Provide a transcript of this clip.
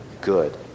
good